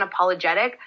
unapologetic